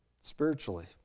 Spiritually